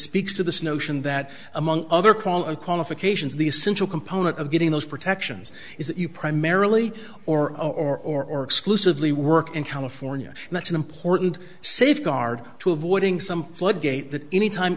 speaks to this notion that among other call of qualifications the essential component of getting those protections is that you primarily or or or or exclusively work in california that's an important safeguard to avoiding some floodgate that anytime